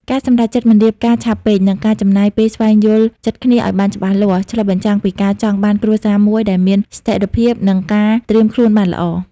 ការសម្រេចចិត្តមិនរៀបការឆាប់ពេក និងការចំណាយពេលស្វែងយល់ចិត្តគ្នាឱ្យបានច្បាស់លាស់ ឆ្លុះបញ្ចាំងពីការចង់បានគ្រួសារមួយដែលមានស្ថិរភាព និងការត្រៀមខ្លួនបានល្អ។